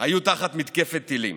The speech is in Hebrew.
היו תחת מתקפת טילים,